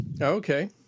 Okay